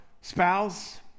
spouse